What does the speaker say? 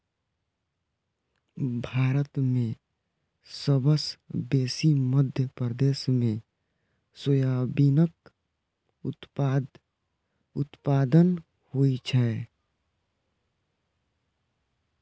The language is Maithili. भारत मे सबसँ बेसी मध्य प्रदेश मे सोयाबीनक उत्पादन होइ छै